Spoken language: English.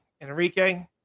Enrique